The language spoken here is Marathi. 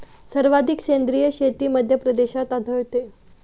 सर्वाधिक सेंद्रिय शेती मध्यप्रदेशात आढळते